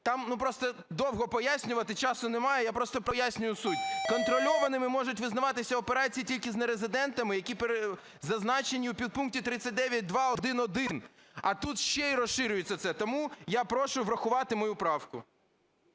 ну, просто довго пояснювати, часу немає, я просто пояснюю суть. Контрольованими можуть визнаватися операції тільки з нерезидентами, які зазначені у підпункті 39.2.1.1, а тут ще і розширюється це. Тому я прошу врахувати мою правку.